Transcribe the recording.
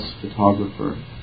photographer